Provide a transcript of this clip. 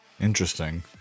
Interesting